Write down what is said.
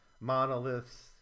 monoliths